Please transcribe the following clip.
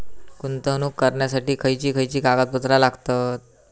गुंतवणूक करण्यासाठी खयची खयची कागदपत्रा लागतात?